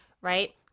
right